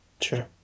Sure